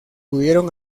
pudieron